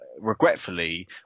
regretfully